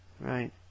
Right